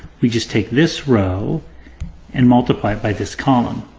we just take this row and multiply it by this column,